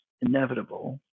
inevitable